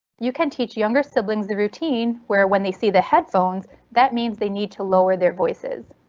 you can teach younger siblings the routine where when they see the headphones that means they need to lower their voices.